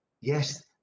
Yes